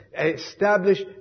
Establish